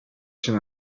się